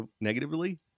negatively